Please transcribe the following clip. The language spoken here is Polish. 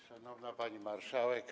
Szanowna Pani Marszałek!